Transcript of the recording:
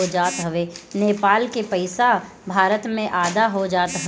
नेपाल के पईसा भारत में आधा हो जात हवे